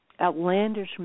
outlandish